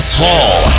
hall